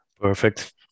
Perfect